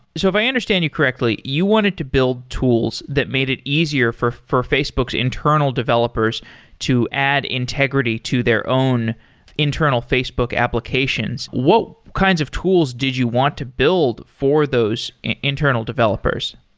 so if i understand you correctly, you wanted to build tools that made it easier for for facebook's internal developers to add integrity to their own internal facebook applications. what kinds of tools did you want to build for those internal developers?